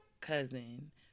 cousin